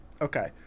Okay